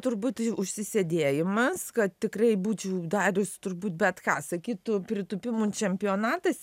turbūt užsisėdėjimas kad tikrai būčiau darius turbūt bet ką sakytų pritūpimų čempionatas